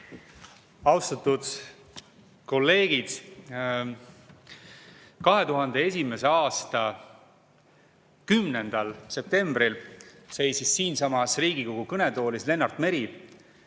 Austatud kolleegid! 2001. aasta 10. septembril seisis siinsamas Riigikogu kõnetoolis Lennart Meri,